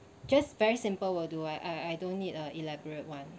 just very simple will do I I don't need a elaborate one